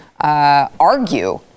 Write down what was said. argue